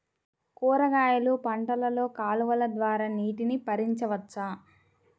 కూరగాయలు పంటలలో కాలువలు ద్వారా నీటిని పరించవచ్చా?